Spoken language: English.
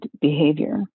behavior